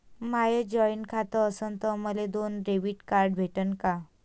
माय joint खातं असन तर मले दोन डेबिट कार्ड भेटन का?